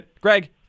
Greg